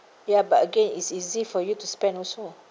ya but again it's easy for you to spend also